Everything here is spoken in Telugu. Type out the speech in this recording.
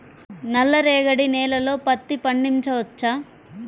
నల్ల రేగడి నేలలో పత్తి పండించవచ్చా?